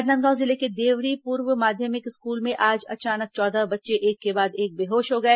राजनांदगांव जिले के देवरी पूर्व माध्यमिक स्कूल में आज अचानक चौदह बच्चे एक के बाद एक बेहोश हो गए